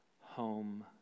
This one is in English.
home